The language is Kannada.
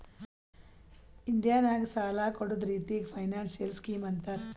ಇಂಡಿಯಾ ನಾಗ್ ಸಾಲ ಕೊಡ್ಡದ್ ರಿತ್ತಿಗ್ ಫೈನಾನ್ಸಿಯಲ್ ಸ್ಕೀಮ್ ಅಂತಾರ್